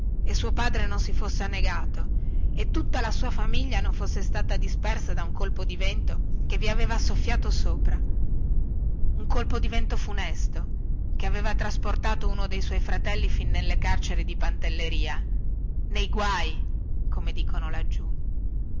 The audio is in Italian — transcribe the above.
e suo padre non si fosse annegato e tutta la sua famiglia non fosse stata dispersa da un colpo di vento che vi aveva soffiato sopra un colpo di vento funesto che avea trasportato uno dei suoi fratelli fin nelle carceri di pantelleria gaetano come dicono laggiù